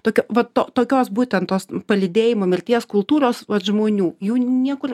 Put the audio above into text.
tokio va to tokios būtent tos palydėjimo mirties kultūros vat žmonių jų niekur